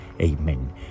Amen